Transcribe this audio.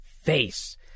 face